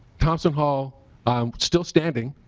thompson hall um still standing